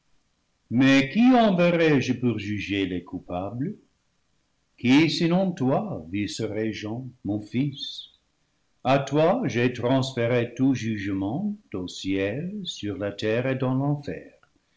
mais qui enverrai je pour juger les coupables qui sinon toi vice régent mon fils a toi j'ai transféré tout jugement au ciel sur la terre et dans l'enfer